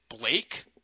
Blake